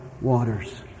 waters